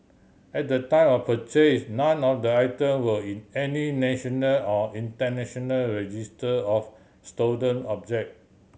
at the time of purchase none of the item were in any national or international register of stolen object